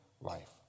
life